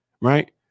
right